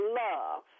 love